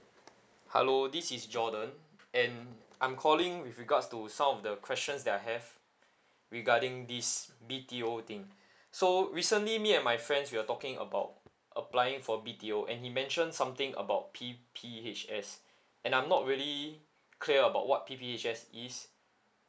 hello this is jordan and I'm calling with regards to some of the questions that I have regarding this B_T_O thing so recently me and my friends we're talking about applying for B_T_O and he mentioned something about P_P_H_S and I'm not really clear about what P_P_H_S is